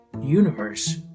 universe